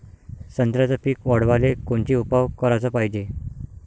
संत्र्याचं पीक वाढवाले कोनचे उपाव कराच पायजे?